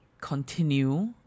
continue